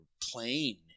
plain